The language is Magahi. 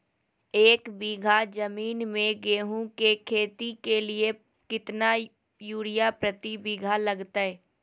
एक बिघा जमीन में गेहूं के खेती के लिए कितना यूरिया प्रति बीघा लगतय?